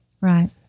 Right